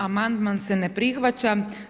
Amandman se ne prihvaća.